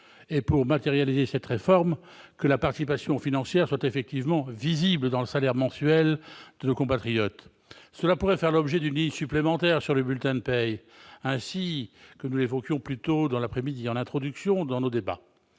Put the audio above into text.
et, pour matérialiser cette réforme, que la participation financière soit effectivement visible dans le salaire mensuel de nos compatriotes. Cela pourrait faire l'objet d'une ligne supplémentaire sur le bulletin de paye, ainsi que nous l'évoquions plus tôt dans l'après-midi, en introduction de nos débats.